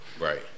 Right